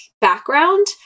background